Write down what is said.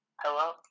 Hello